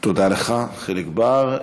תודה לך, חיליק בר.